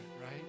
right